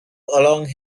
along